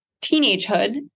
teenagehood